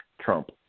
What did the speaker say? Trump